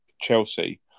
Chelsea